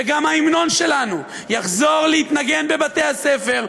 וגם ההמנון שלנו יחזור להתנגן בבתי-הספר.